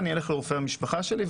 אני הולך לרופא המשפחה שלי,